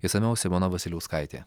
išsamiau simona vasiliauskaitė